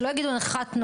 שלא יגידו 'נחתנו'.